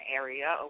area